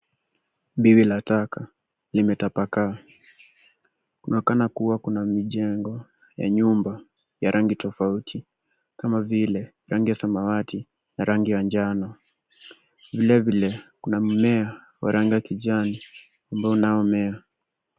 Biwi la taka limetapakaa. Kunaonekana kuwa kuna mijengo ya nyumba ya rangi tofauti kama vile rangi ya samawati na rangi ya njano. vilevile kuna mmea wa rangi ya kijani ambao unaomea.